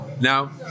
Now